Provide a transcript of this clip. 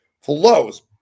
flows